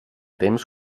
temps